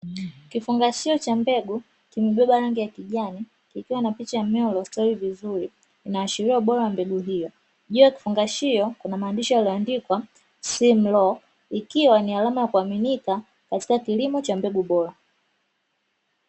Kifungashio cha mbegu kimebeba rangi ya kijani kikiwa na picha ya mmea uliostawi vizuri, kinaashiria ubora wa mbegu hiyo, juu ya kifungashio kuna maandishi yaliyoandikwa "simlaw" ikiwa ni alama ya kuaminika katika kilimo cha mbegu bora.